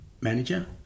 manager